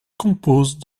compose